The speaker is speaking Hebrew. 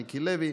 מיקי לוי,